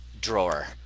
drawer